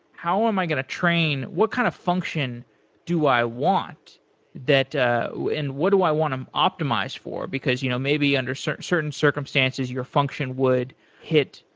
how am i going to train? what kind of function do i want that and what do i want them optimized for? because you know maybe under certain certain circumstances, your function would hit,